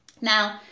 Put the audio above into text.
now